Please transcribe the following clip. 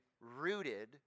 rooted